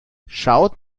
schaut